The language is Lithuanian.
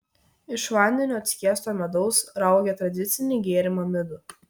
iš vandeniu atskiesto medaus raugė tradicinį gėrimą midų